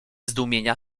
zdumienia